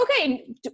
okay